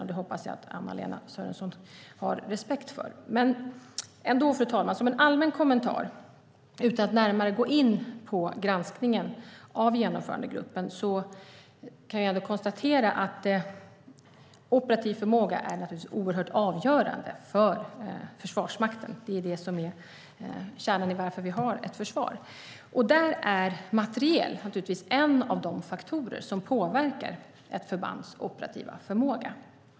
Jag hoppas att Anna-Lena Sörenson har respekt för det. Som en allmän kommentar, fru talman, utan att närmare gå in på granskningen av genomförandegruppen kan jag konstatera att operativ förmåga naturligtvis är oerhört avgörande för Försvarsmakten. Det är det som är kärnan i vårt försvar. Där är naturligtvis materiel en av de faktorer som påverkar ett förbands operativa förmåga.